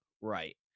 Right